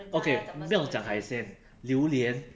okay 没有讲海鲜榴莲